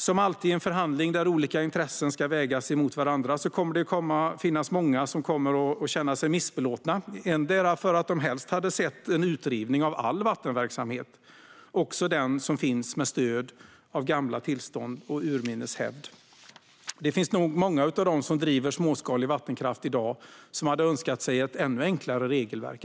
Som alltid i en förhandling där olika intressen ska vägas mot varandra kommer det att finnas många som känner sig missbelåtna, kanske för att de helst hade sett en utrivning av all vattenverksamhet, också den som finns med stöd av gamla tillstånd och urminnes hävd. Många av dem som driver småskalig vattenkraft i dag hade nog önskat sig ett ännu enklare regelverk.